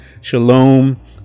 Shalom